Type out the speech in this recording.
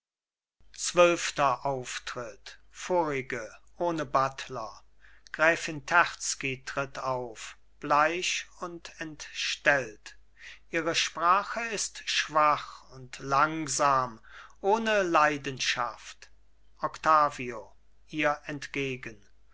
zwölfter auftritt vorige ohne buttler gräfin terzky tritt auf bleich und entstellt ihre sprache ist schwach und langsam ohne leidenschaft octavio ihr entgegen